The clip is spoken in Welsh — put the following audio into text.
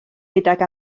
gydag